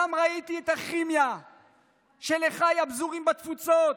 שם ראיתי את הכימיה של אחיי הפזורים בתפוצות,